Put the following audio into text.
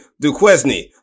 Duquesne